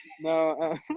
No